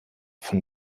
von